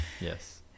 Yes